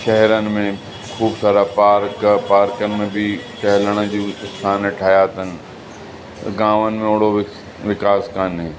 शहरनि में ख़ूबु सारा पार्क पार्कनि में बि टेहलण जूं स्थान ठाहिया अथनि गामनि में ओहिड़ो विकास कोन्हे